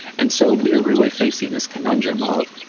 and so we are really facing this conundrum of,